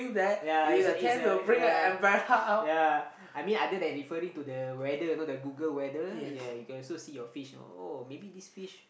ya it's a it's a ya ya I mean other than referring to the weather you know the Google weather yeah you can also see your fish oh maybe this fish